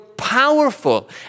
Powerful